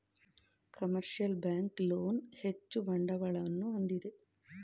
commercial bank loan ಹೆಚ್ಚು ಬಂಡವಾಳವನ್ನು ಹೊಂದಿದೆ